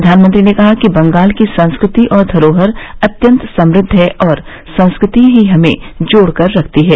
प्रघानमंत्री ने कहा कि बंगाल की संस्कृति और घरोहर अत्यंत समृद्ध है और संस्कृति ही हमें जोड़कर रखती है